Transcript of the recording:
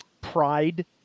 pride